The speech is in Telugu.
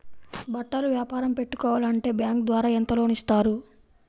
బట్టలు వ్యాపారం పెట్టుకోవాలి అంటే బ్యాంకు ద్వారా ఎంత లోన్ ఇస్తారు?